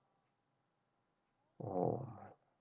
oh